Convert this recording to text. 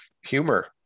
humor